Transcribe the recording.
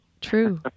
True